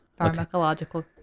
Pharmacological